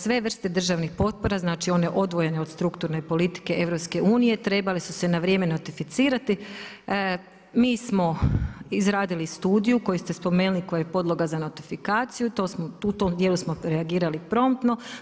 Sve vrste državnih potpora, znači one odvojene od strukturne politike EU-a trebale su se na vrijeme ratificirati, mi smo izradili studiju koju ste spomenuli, koja je podloga za notifikaciju, u tom dijelu smo reagirali promptno.